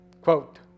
quote